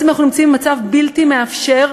בעצם נמצאים במצב בלתי מאפשר,